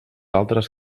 altres